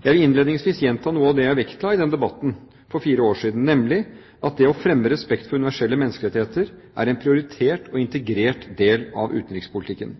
Jeg vil innledningsvis gjenta noe av det jeg vektla i debatten for fire år siden, nemlig at det å fremme respekt for universelle menneskerettigheter er en prioritert og integrert del av utenrikspolitikken.